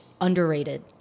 underrated